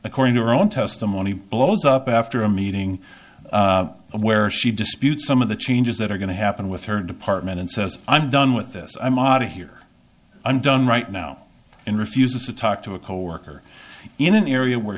according to her own testimony blows up after a meeting where she disputes some of the changes that are going to happen with her department and says i'm done with this i'm audit here i'm done right now and refuses to talk to a coworker in an area where